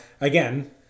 again